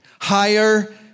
higher